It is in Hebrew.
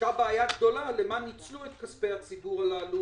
הייתה בעיה גדולה לשם מה ניצלו את כספי הציבור הללו